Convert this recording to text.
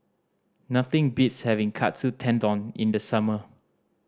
nothing beats having Katsu Tendon in the summer